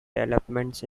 developments